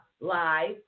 live